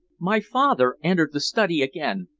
my father entered the study again,